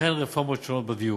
וכן רפורמות שונות בדיור.